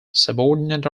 subordinate